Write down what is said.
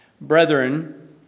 Brethren